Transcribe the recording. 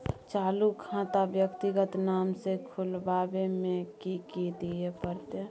चालू खाता व्यक्तिगत नाम से खुलवाबै में कि की दिये परतै?